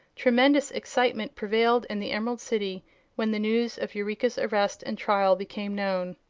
tremendous excitement prevailed in the emerald city when the news of eureka's arrest and trial became known.